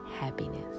happiness